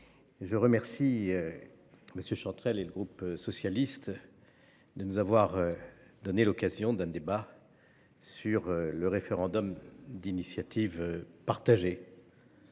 je remercie M. Chantrel et le groupe socialiste de nous donner l’occasion d’un débat sur le référendum d’initiative partagée.